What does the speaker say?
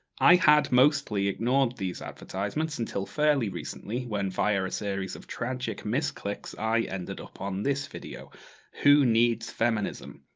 i had mostly ignored these advertisements, until fairly recently, when via a series of tragic misclicks, i ended up on this video who needs feminism,